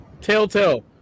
telltale